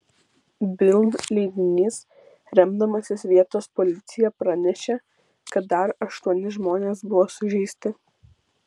bild leidinys remdamasis vietos policija pranešė kad dar aštuoni žmonės buvo sužeisti